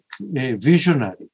visionary